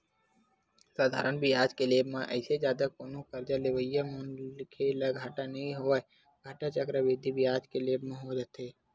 साधारन बियाज के लेवब म अइसे जादा कोनो करजा लेवइया मनखे ल घाटा नइ होवय, घाटा चक्रबृद्धि बियाज के लेवब म ही होथे